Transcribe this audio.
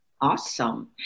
awesome